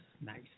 Nice